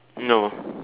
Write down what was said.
no